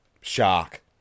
Shark